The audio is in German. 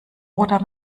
oder